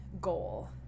goal